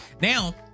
now